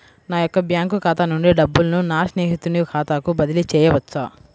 నా యొక్క బ్యాంకు ఖాతా నుండి డబ్బులను నా స్నేహితుని ఖాతాకు బదిలీ చేయవచ్చా?